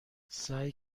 سعی